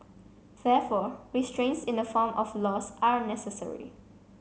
therefore restraints in the form of laws are necessary